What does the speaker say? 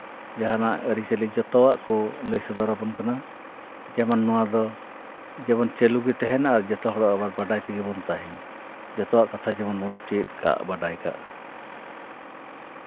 ᱡᱟᱦᱟᱱᱟᱜ ᱟᱹᱨᱤᱪᱟᱹᱞᱤ ᱡᱚᱛᱚᱣᱟᱜ ᱠᱚ ᱞᱟᱹᱭ ᱥᱚᱫᱚᱨᱟᱵᱚᱱ ᱠᱟᱱᱟ ᱡᱮᱢᱚᱱ ᱱᱚᱣᱟ ᱫᱚ ᱡᱮᱢᱚᱱ ᱪᱟᱹᱞᱩ ᱜᱮ ᱛᱟᱦᱮᱱᱟ ᱟᱵᱟᱨ ᱡᱚᱛᱚ ᱦᱚᱲ ᱵᱟᱰᱟᱭ ᱛᱮᱜᱮ ᱵᱚᱱ ᱛᱟᱦᱮᱱᱟ ᱡᱚᱛᱚᱣᱟᱜ ᱠᱟᱛᱷᱟ ᱡᱮᱢᱚᱱ ᱵᱚᱱ ᱪᱮᱫ ᱠᱟᱜ ᱵᱟᱰᱟᱭ ᱠᱟᱜ